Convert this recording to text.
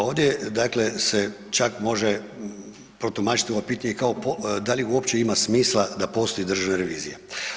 Ovdje, dakle se, čak može protumačiti ovo pitanje kao, da li uopće ima smisla da postoji državna revizija?